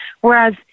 whereas